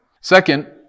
Second